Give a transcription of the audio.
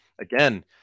again